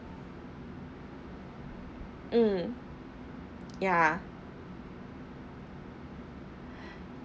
mm ya